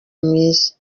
mwiza